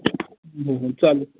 हो हो चालेल